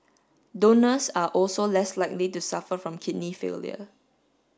donors are also less likely to suffer from kidney failure